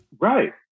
Right